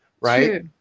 right